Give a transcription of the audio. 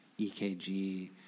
EKG